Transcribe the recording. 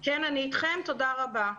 כן, אני אתכם תודה רבה.